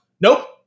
nope